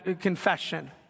confession